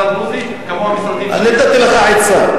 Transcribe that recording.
הדרוזי כמו המשרדים של ישראל ביתנו.